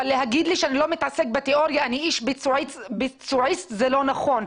אבל להגיד לי שאתה לא מתעסק בתאוריה כי אתה איש ביצוע זה לא נכון.